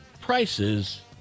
prices